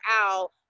out